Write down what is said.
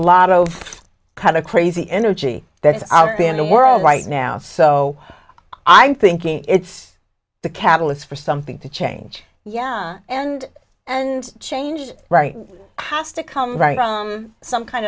lot of kind of crazy energy that is are in the world right now so i'm thinking it's the catalyst for something to change yeah and and change right has to come right some kind